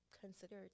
consider